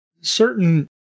Certain